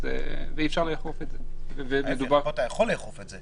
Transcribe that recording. הרי זה לא עניין פרסונלי פה,